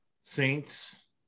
Saints